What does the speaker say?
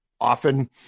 often